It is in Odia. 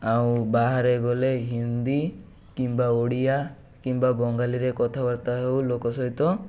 ଆଉ ବାହାରେ ଗଲେ ହିନ୍ଦୀ କିମ୍ବା ଓଡ଼ିଆ କିମ୍ବା ବଙ୍ଗାଳୀରେ କଥାବାର୍ତ୍ତା ହେଉ ଲୋକ ସହିତ